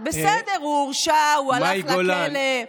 בסדר, הוא הורשע, הוא הלך לכלא,